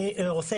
עאטף,